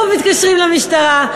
ושוב מתקשרים למשטרה,